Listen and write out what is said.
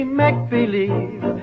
make-believe